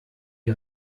die